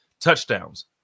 Touchdowns